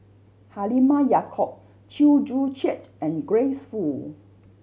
Halimah Yacob Chew Joo Chiat and Grace Fu